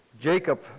Jacob